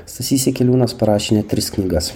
stasys jakeliūnas parašė net tris knygas